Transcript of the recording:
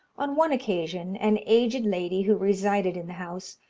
on one occasion, an aged lady who resided in the house,